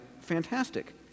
fantastic